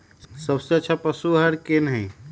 सबसे अच्छा पशु आहार कोन हई?